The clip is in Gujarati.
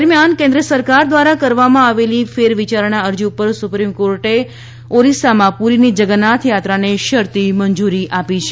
દરમિયાન કેન્દ્ર સરકાર દ્વારા કરવામાં આવેલી ફેરવિયારણા અરજી પર સુપ્રિમ કોર્ટે ઓરિસ્સામાં પૂરીની જગન્નાથ યાત્રાને શરતી મંજૂરી આપી છે